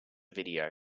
video